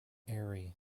airy